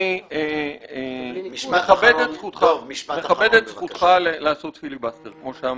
אני מכבד את זכותך לעשות פילבאסטר כמו שאמרתי.